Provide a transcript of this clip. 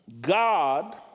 God